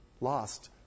lost